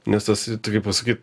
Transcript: nes tas tai kaip pasakyt